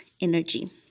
energy